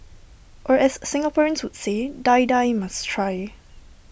or as Singaporeans would say Die Die must try